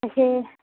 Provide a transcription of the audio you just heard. പക്ഷേ